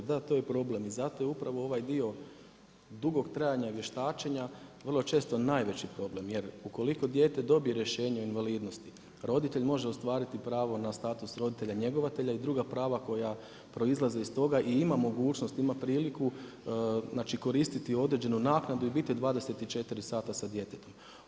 Da, to je problem i zato upravo ovaj dio dugog trajanja vještačenja, vrlo često najveći problem jer ukoliko dijete dobije rješenje o invalidnosti, roditelj može ostvariti pravo na status roditelja njegovatelja i druga prava koja proizlaze iz toga i ima mogućnost, ima priliku znači koristiti određenu naknadu i biti 24 sata sa djetetom.